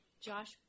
Josh